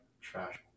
trash